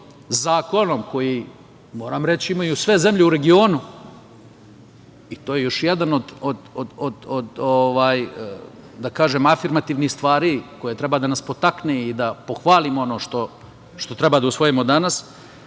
koji, moram reći, imaju sve zemlje u regionu, i to je još jedna od, da kažem, afirmativnih stvari koja treba da nas potakne da pohvalimo ono što treba da usvojimo danas.